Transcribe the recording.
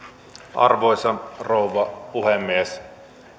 arvoisa rouva puhemies